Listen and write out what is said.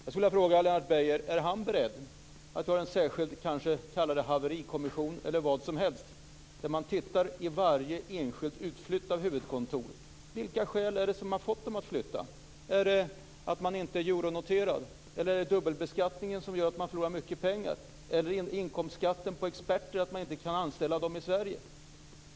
Jag skulle vilja fråga Lennart Beijer om han är beredd att ha en särskild haverikommission, eller vi kan kalla det för vad som helst, där man tittar på varje enskilt fall av utflyttat huvudkontor: Vilka skäl är det som har fått dem att flytta? Är det att man inte är euronoterad, eller är det dubbelbeskattningen som gör att man förlorar mycket pengar? Är det inkomstskatter på experter som gör att man inte kan anställa dem i Sverige?